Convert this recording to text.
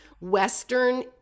Western